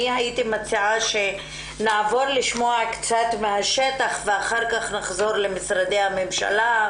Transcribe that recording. הייתי מציעה שנעבור לשמוע קצת מן השטח ואחר כך נחזור למשרדי הממשלה.